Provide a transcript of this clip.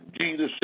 Jesus